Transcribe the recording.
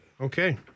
Okay